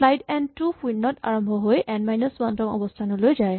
slice end টো শূণ্যত আৰম্ভ হৈ এন মাইনাচ ৱান তম অৱস্হানটোলৈ যায়